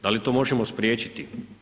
Da li to možemo spriječiti?